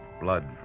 Blood